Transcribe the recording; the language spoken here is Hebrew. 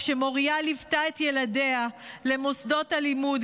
כשמוריה ליוותה את ילדיה למוסדות הלימוד,